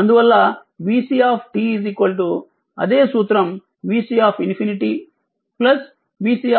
అందువల్ల vC అదే సూత్రం vC∞ vC vC∞